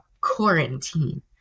quarantine